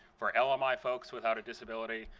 for lmi folks without a disability,